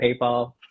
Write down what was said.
paypal